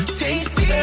tasty